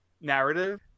narrative